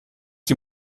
die